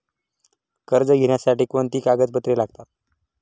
कर्ज घेण्यासाठी कोणती कागदपत्रे लागतात?